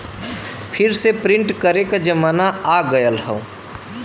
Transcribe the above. फिर से प्रिंट करे क जमाना आ गयल हौ